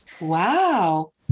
Wow